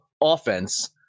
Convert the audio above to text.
offense